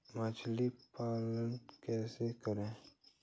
मछली पालन कैसे करें?